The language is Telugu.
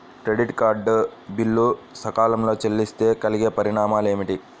క్రెడిట్ కార్డ్ బిల్లు సకాలంలో చెల్లిస్తే కలిగే పరిణామాలేమిటి?